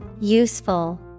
Useful